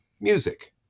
music